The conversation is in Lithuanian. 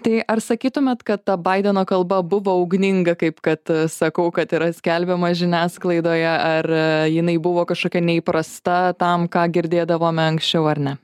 tai ar sakytumėt kad ta baideno kalba buvo ugninga kaip kad sakau kad yra skelbiama žiniasklaidoje ar jinai buvo kažkokia neįprasta tam ką girdėdavome anksčiau ar ne